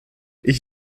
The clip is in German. ich